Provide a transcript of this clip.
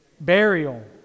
Burial